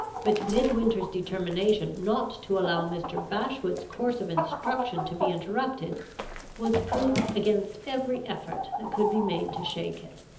but midwinter's determination not to allow mr. bashwood's course of instruction to be interrupted was proof against every effort that could be made to shake it.